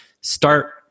start